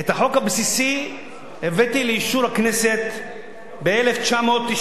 את החוק הבסיסי הבאתי לאישור הכנסת ב-1998.